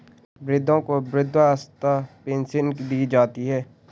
वृद्धों को वृद्धावस्था पेंशन दी जाती है